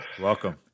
welcome